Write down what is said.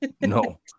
no